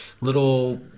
little